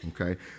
okay